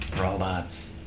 Robots